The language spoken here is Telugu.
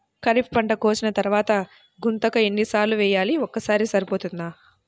ఖరీఫ్ పంట కోసిన తరువాత గుంతక ఎన్ని సార్లు వేయాలి? ఒక్కసారి సరిపోతుందా?